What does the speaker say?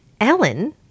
Ellen